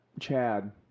Chad